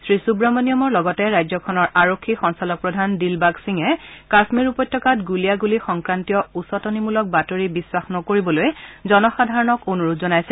শ্ৰী সুৱামণিয়মৰ লগতে ৰাজ্যখনৰ আৰক্ষী সঞ্চালক প্ৰধান দিলবাগ সিঙে কাশ্মীৰ উপত্যকাত গুলীয়াগুলি সংক্ৰান্তীয় উচতনিমূলক বাতৰি বিশ্বাস নকৰিবলৈ জনসাধাৰণক অনুৰোধ জনাইছে